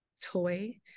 toy